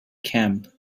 camp